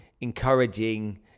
encouraging